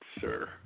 sir